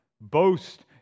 boast